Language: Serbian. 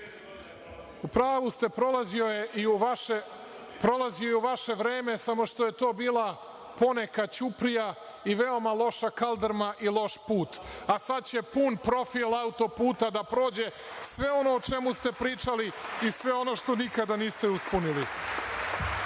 pravu ste, prolazio je i u vaše vreme, samo što je to bila poneka ćuprija i veoma loša kaldrma i loš put, a sad će pun profil auto-puta da prođe, sve ono o čemu ste i pričali i sve ono što nikada niste ispunili.